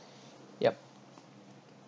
yup